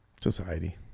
society